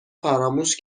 فراموش